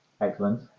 Excellent